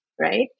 Right